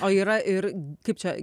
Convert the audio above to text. o yra ir kaip čia